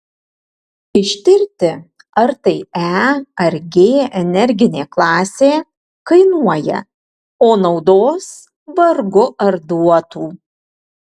ištirti ar tai e ar g energinė klasė kainuoja o naudos vargu ar duotų